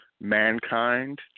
Mankind